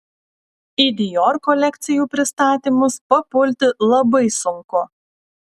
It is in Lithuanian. į dior kolekcijų pristatymus papulti labai sunku